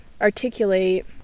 articulate